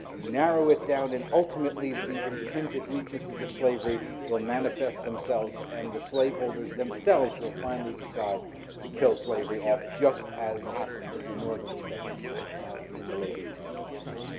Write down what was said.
you narrow it down and ultimately the intrinsic weaknesses of slavery will manifest themselves, and the slaveholders themselves will finally decide to kill slavery off just as happened in the northern states in the late eighteenth century. right,